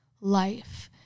life